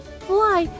fly